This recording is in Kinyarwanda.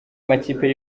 makipe